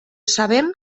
sabem